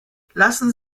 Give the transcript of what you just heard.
lassen